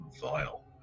vile